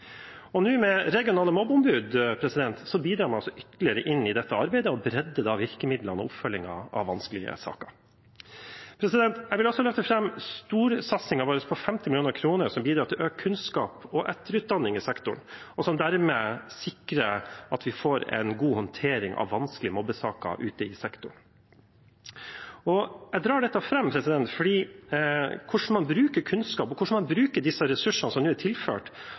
Nå, med regionale mobbeombud, bidrar man ytterligere til dette arbeidet og bredder virkemidlene og oppfølgingen av vanskelige saker. Jeg vil også løfte fram storsatsingen vår på 50 mill. kr som bidrar til økt kunnskap og etterutdanning i sektoren, og som dermed sikrer at vi får en god håndtering av vanskelige mobbesaker ute i sektoren. Jeg drar fram dette fordi hvordan man bruker kunnskap, og hvordan man bruker disse ressursene som nå er tilført,